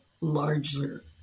larger